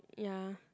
ya